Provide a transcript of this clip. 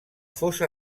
fosa